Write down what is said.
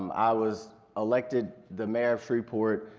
um i was elected the mayor of shreveport,